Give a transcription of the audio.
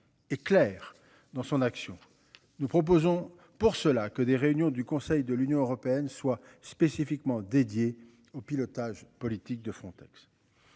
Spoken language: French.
et claire dans son action. Nous proposons pour cela que des réunions du Conseil de l'Union européenne soit spécifiquement dédiée au pilotage politique de Frontex.